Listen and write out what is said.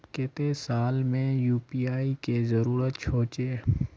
केते साल में यु.पी.आई के जरुरत होचे?